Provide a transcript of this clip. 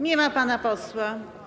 Nie ma pana posła.